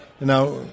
Now